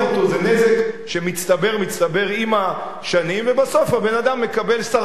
זה נזק שמצטבר ומצטבר עם השנים ובסוף הבן-אדם מקבל סרטן,